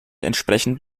entsprechend